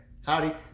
Howdy